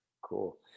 Cool